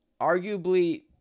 arguably